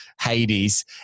Hades